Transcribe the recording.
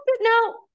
no